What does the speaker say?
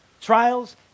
trials